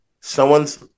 Someone's